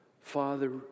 Father